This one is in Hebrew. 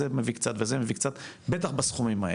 זה מביא קצת, וזה מביא קצת, בטח בסכומים האלה.